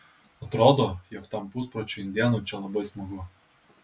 atrodo jog tam puspročiui indėnui čia labai smagu